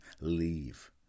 leave